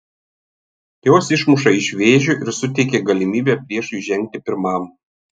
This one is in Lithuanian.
jos išmuša iš vėžių ir suteikia galimybę priešui žengti pirmam